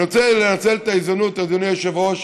אני רוצה לנצל את ההזדמנות, אדוני היושב-ראש.